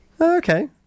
okay